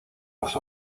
los